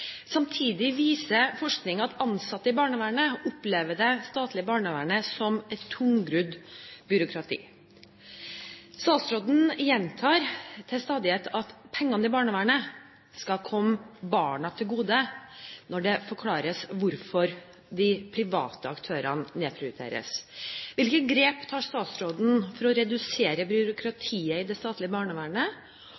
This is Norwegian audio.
Samtidig viser forskning at ansatte i barnevernet opplever det statlige barnevernet som et tungrodd byråkrati. Statsråden gjentar til stadighet at pengene i barnevernet skal komme barna til gode når det forklares hvorfor de private aktørene nedprioriteres. Hvilke grep tar statsråden for å redusere